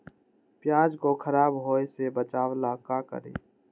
प्याज को खराब होय से बचाव ला का करी?